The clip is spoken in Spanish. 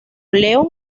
león